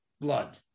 blood